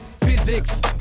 physics